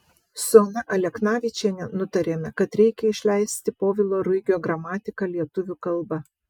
su ona aleknavičiene nutarėme kad reikia išleisti povilo ruigio gramatiką lietuvių kalba